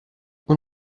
اون